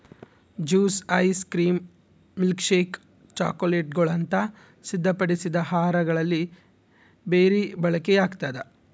juice ice cream milkshake ಚಾಕೊಲೇಟ್ಗುಳಂತ ಸಿದ್ಧಪಡಿಸಿದ ಆಹಾರಗಳಲ್ಲಿ ಬೆರಿ ಬಳಕೆಯಾಗ್ತದ